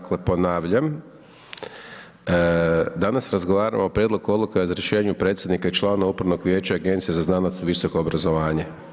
Dakle ponavljam, danas razgovaramo o prijedlogu odluka o razrješenju predsjednika i članova upravnog vijeća Agencije za znanost i visoko obrazovanje.